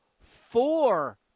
four